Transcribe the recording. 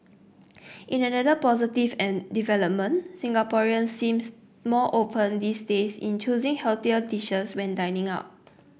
in another positive development Singaporeans seems more open these days in choosing healthier dishes when dining out